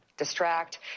Distract